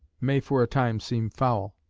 may for a time seem foul,